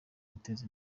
guteza